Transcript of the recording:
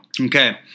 Okay